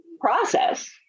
process